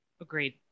Agreed